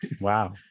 wow